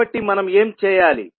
కాబట్టి మనం ఏమి చేయాలి